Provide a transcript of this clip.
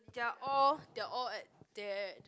they're all they're all at that